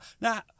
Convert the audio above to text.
Now